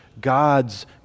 God's